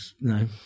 no